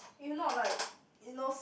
eh not like if no c~